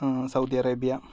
Saudi Arabia